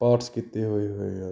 parts ਕੀਤੇ ਹੋਏ ਹੋਏ ਹਨ